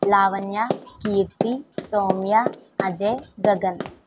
Lavanya Keerthi Soumya Ajay Gagan